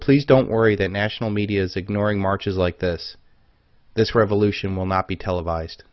please don't worry the national media is ignoring marches like this this revolution will not be televised